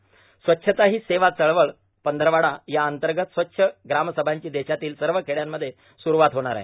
स्वच्छता ही सेवा चळवळ पंधरवाडा याअंतर्गत स्वच्छ ग्रामसभांची देशातील सर्व खेड्यांमध्ये सुरूवात होणार आहे